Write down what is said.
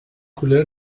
کولر